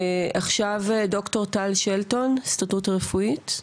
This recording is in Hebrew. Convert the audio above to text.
עכשיו ד"ר טל שלטון, ההסתדרות הרפואית.